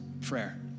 Prayer